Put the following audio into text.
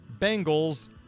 Bengals